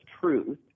truth